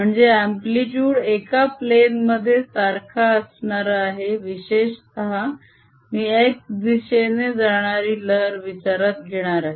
म्हणजे अम्प्लीतुड एका प्लेन मध्ये सारखा असणारा आहे विशेषतः मी x दिशेने जाणारी लहर विचारात घेणार आहे